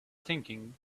thinking